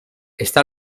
está